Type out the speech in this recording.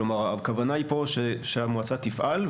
כלומר הכוונה היא פה שהמועצה תפעל,